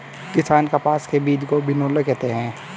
किसान कपास के बीज को बिनौला कहते है